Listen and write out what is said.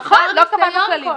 נכון, לא קבענו כללים.